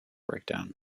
breakdown